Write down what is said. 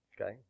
Okay